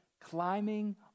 climbing